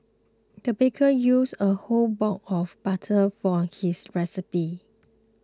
the baker used a whole block of butter for his recipe